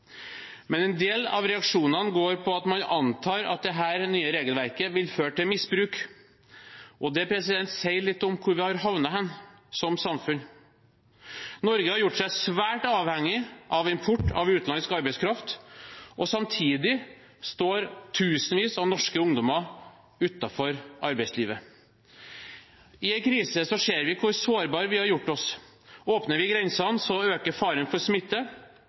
Men en del av reaksjonene går på at man antar at dette nye regelverket vil føre til misbruk, og det sier litt om hvor vi har havnet som samfunn. Norge har gjort seg svært avhengig av import av utenlandsk arbeidskraft, og samtidig står tusenvis av norske ungdommer utenfor arbeidslivet. I en krise ser vi hvor sårbare vi har gjort oss. Åpner vi grensene, øker faren for smitte,